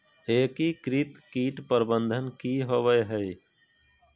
एकीकृत कीट प्रबंधन की होवय हैय?